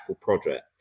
project